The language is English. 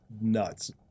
nuts